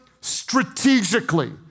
strategically